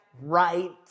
right